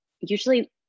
usually